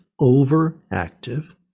overactive